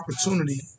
opportunity